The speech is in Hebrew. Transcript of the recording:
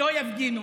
שלא יפגינו.